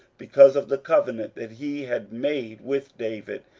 because of the covenant that he had made with david,